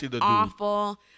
awful